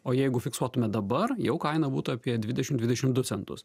o jeigu fiksuotume dabar jau kaina būtų apie dvidešim dvidešim du centus